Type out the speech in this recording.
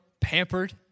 pampered